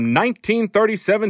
1937